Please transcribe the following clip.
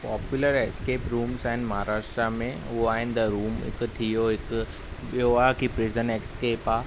popular escape rooms आहिनि महाराष्ट्रा में उहे आहिनि द रूम हिकु थियो हिकु ॿियो आहे की प्रिज़न एस्केप आहे